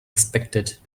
expected